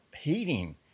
heating